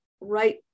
Right